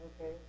Okay